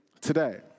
today